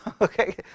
Okay